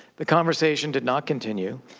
the conversation did not continue.